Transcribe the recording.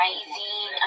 Rising